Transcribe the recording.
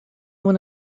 when